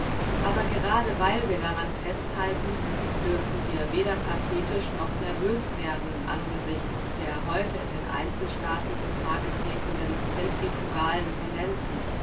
aber gerade weil wir daran festhalten dürfen wir weder pathetisch noch nervös werden angesichts der heute in den einzelstaaten zutage tretenden zentrifugalen tendenzen